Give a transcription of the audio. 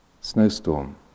Snowstorm